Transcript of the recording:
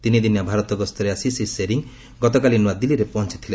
ତିନିଦିନିଆ ଭାରତ ଗସ୍ତରେ ଆସି ଶ୍ରୀ ଶେରିଂ ଗତକାଲି ନୂଆ ଦିଲ୍ଲୀରେ ପହଞ୍ଚିଥିଲେ